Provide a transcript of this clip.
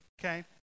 okay